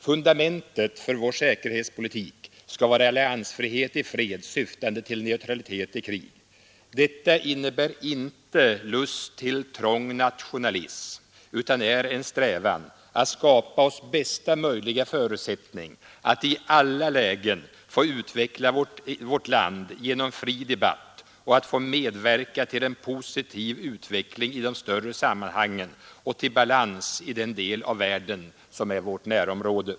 Fundamentet för vår säkerhetspolitik skall vara alliansfrihet i fred, syftande till neutralitet i krig. Detta innebär inte lust till trång nationalism, utan det är en strävan att skapa oss bästa möjliga förutsättning att i alla lägen få utveckla vårt eget land genom fri debatt och att få medverka till en positiv utveckling i de större sammanhangen samt till balans i den del av världen som är vårt närområde.